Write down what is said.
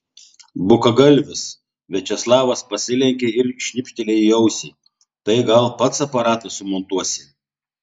bukagalvis viačeslavas pasilenkė ir šnipštelėjo į ausį tai gal pats aparatą sumontuosi